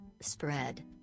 spread